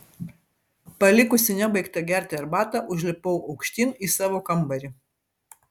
palikusi nebaigtą gerti arbatą užlipau aukštyn į savo kambarį